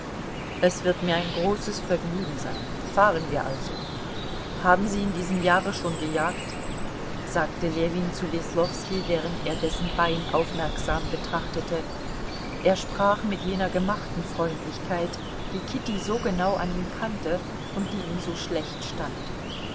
es wird mir ein großes vergnügen sein fahren wir also haben sie in diesem jahre schon gejagt sagte ljewin zu weslowski während er dessen bein aufmerksam betrachtete er sprach mit jener gemachten freundlichkeit die kitty so genau an ihm kannte und die ihm so schlecht stand